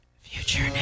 future